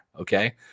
okay